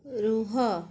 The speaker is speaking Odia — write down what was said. ରୁହ